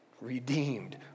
redeemed